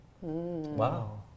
Wow